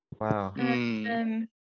Wow